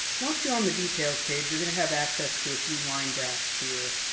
once you're on the details page, you're going to have access to a few line graphs here.